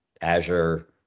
Azure